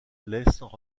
laissent